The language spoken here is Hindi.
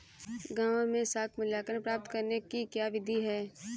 गाँवों में साख मूल्यांकन प्राप्त करने की क्या विधि है?